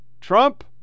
Trump